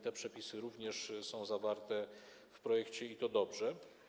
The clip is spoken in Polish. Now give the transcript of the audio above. Te przepisy również są zawarte w projekcie, i to dobrze.